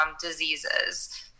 diseases